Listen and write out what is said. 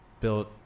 built